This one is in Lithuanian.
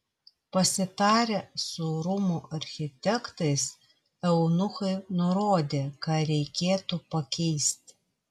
pasitarę su rūmų architektais eunuchai nurodė ką reikėtų pakeisti